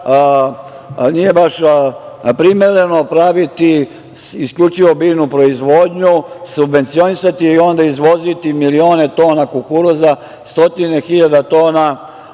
nije baš primereno praviti isključivo biljnu proizvodnju, subvencionisati i onda izvoziti milione tona kukuruza, stotine hiljada tona